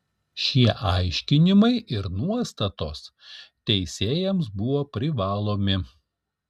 šie aiškinimai ir nuostatos teisėjams buvo privalomi